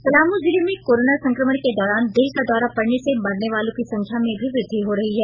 पलामू जिले में कोरोना संक्रमण के दौरान दिल का दौरा पड़ने से मरने वालों की संख्या में भी वृद्धि हो रही है